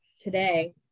today